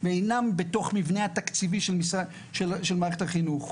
ואינן בתוך המבנה התקציבי של מערכת החינוך.